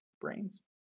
brains